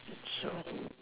so